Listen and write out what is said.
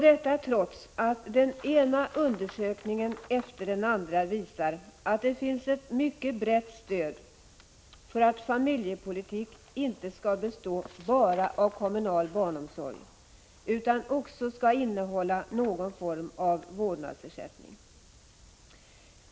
Detta trots att den ena undersökningen efter den andra visar att det finns ett mycket brett stöd för att familjepolitik inte skall bestå bara av kommunal barnomsorg, utan också skall innehålla någon form av vårdnadsersättning.